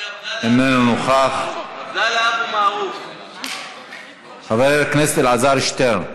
איננו נוכח, חבר הכנסת אלעזר שטרן,